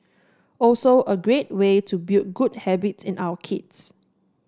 also a great way to build good habits in our kids